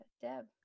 deb